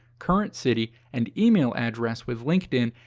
current city, and email address with linkedin,